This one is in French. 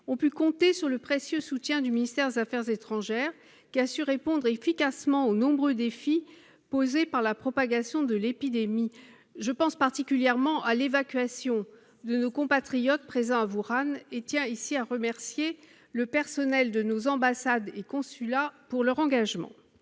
ont pu compter sur le précieux soutien du ministère des affaires étrangères, qui a su répondre efficacement aux nombreux défis posés par la propagation de l'épidémie. Je pense particulièrement à l'évacuation de nos compatriotes présents à Wuhan et tiens ici à remercier le personnel de nos ambassades et de nos consulats de leur engagement.